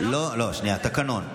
תקנון.